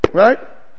right